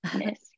Yes